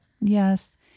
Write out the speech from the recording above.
Yes